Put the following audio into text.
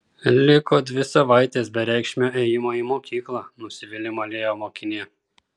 liko dvi savaitės bereikšmio ėjimo į mokyklą nusivylimą liejo mokinė